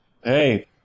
Hey